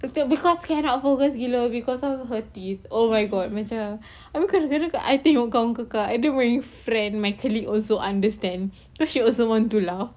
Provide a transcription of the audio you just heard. itu because kaira focus gila because of her teeth oh my god macam habis kadang-kadang I think kawan kakak and then my friend my colleague also understand so she also want to laugh